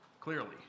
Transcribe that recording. Clearly